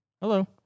Hello